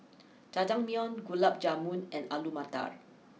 Jajangmyeon Gulab Jamun and Alu Matar